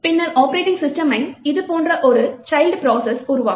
பின்னர் ஆப்பரேட்டிங் சிஸ்டமை இது போன்ற ஒரு சைல்ட் ப்ரோசஸை உருவாக்கும்